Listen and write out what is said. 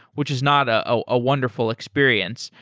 which is not a ah ah wonderful experience,